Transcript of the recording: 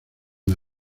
una